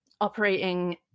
operating